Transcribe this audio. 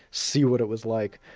see what it was like,